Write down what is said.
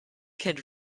these